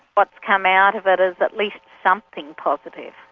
what's come out of it is at least something positive.